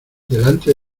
delante